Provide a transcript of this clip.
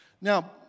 Now